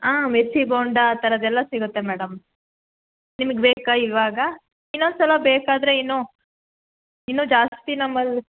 ಆಂ ಮಿರ್ಚಿ ಬೋಂಡಾ ಆ ಥರದ್ದೆಲ್ಲ ಸಿಗುತ್ತೆ ಮೇಡಮ್ ನಿಮಗ್ ಬೇಕಾ ಇವಾಗ ಇನ್ನೊಂದು ಸಲ ಬೇಕಾದರೆ ಇನ್ನೂ ಇನ್ನೂ ಜಾಸ್ತಿ ನಮ್ಮಲ್ಲಿ